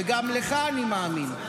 וגם לך אני מאמין,